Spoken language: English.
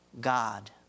God